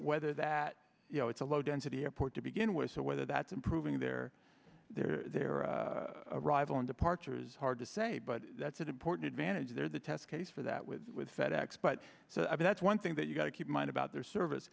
whether that you know it's a low density airport to begin with so whether that's improving their their their arrival and departure is hard to say but that's an important advantage there the test case for that with fed ex but so i mean that's one thing that you've got to keep in mind about their service